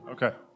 Okay